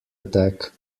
attack